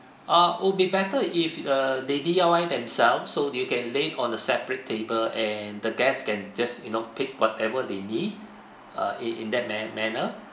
ah would be better if uh they D_I_Y themselves so they can learn on a separate table and the guests can just you know pick whatever they need uh in in that ma~ manner